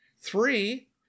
Three